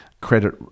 credit